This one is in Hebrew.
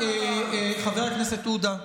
חבר הכנסת עודה,